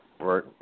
right